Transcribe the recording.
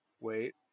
Wait